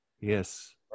Yes